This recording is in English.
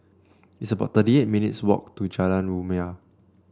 it's about thirty eight minutes' walk to Jalan Rumia